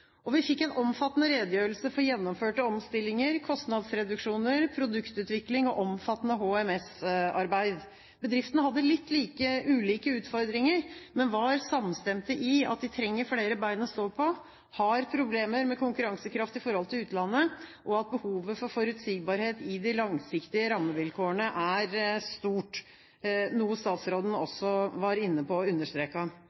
Vi fikk en omfattende redegjørelse for gjennomførte omstillinger, kostnadsreduksjoner, produktutvikling og omfattende HMS-arbeid. Bedriftene hadde litt ulike utfordringer, men var samstemte i at de trenger flere bein å stå på, har problemer med konkurransekraft i forhold til utlandet, og at behovet for forutsigbarhet i de langsiktige rammevilkårene er stort – noe statsråden